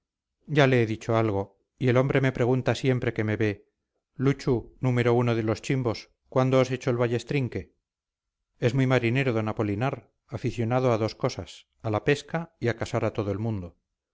ya le he dicho algo y el hombre me pregunta siempre que me ve luchu número uno de los chimbos cuándo os echo el ballestrinque es muy marinero d apolinar aficionado a dos cosas a la pesca y a casar a todo el mundo